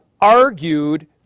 argued